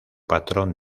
patrón